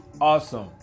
awesome